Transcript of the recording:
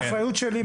זאת אחריות שלי.